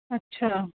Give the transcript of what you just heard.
अछा